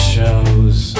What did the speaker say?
Shows